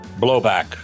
Blowback